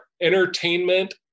entertainment